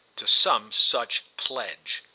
to some such pledge.